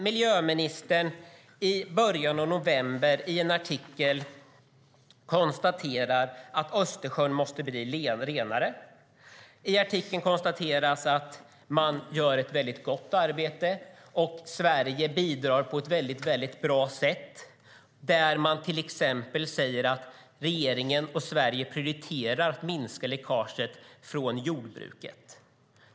Miljöministern konstaterar i en artikel i början av november att Östersjön måste bli renare. I artikeln konstateras att det görs ett väldigt gott arbete. Sverige bidrar på ett mycket bra sätt. Man säger till exempel att Sverige och regeringen prioriterar att minska läckaget från jordbruket.